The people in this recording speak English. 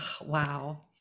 Wow